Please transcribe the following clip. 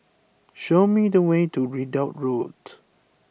show me the way to Ridout Road